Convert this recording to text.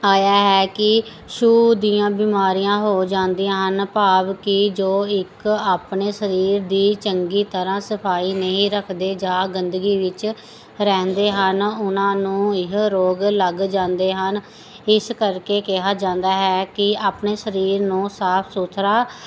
ਆਇਆ ਹੈ ਕਿ ਛੂਤ ਦੀਆਂ ਬਿਮਾਰੀਆਂ ਹੋ ਜਾਂਦੀਆਂ ਹਨ ਭਾਵ ਕਿ ਜੋ ਇੱਕ ਆਪਣੇ ਸਰੀਰ ਦੀ ਚੰਗੀ ਤਰ੍ਹਾਂ ਸਫਾਈ ਨਹੀਂ ਰੱਖਦੇ ਜਾਂ ਗੰਦਗੀ ਵਿੱਚ ਰਹਿੰਦੇ ਹਨ ਉਹਨਾਂ ਨੂੰ ਇਹ ਰੋਗ ਲੱਗ ਜਾਂਦੇ ਹਨ ਇਸ ਕਰਕੇ ਕਿਹਾ ਜਾਂਦਾ ਹੈ ਕਿ ਆਪਣੇ ਸਰੀਰ ਨੂੰ ਸਾਫ ਸੁਥਰਾ